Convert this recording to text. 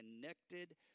connected